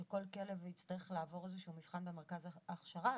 שכל כלב יצטרך לעבור איזשהו מבחן במרכז ההכשרה?